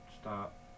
stop